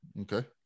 Okay